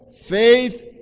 faith